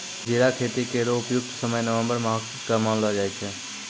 जीरा खेती केरो उपयुक्त समय नवम्बर माह क मानलो जाय छै